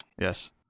yes